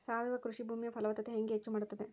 ಸಾವಯವ ಕೃಷಿ ಭೂಮಿಯ ಫಲವತ್ತತೆ ಹೆಂಗೆ ಹೆಚ್ಚು ಮಾಡುತ್ತದೆ?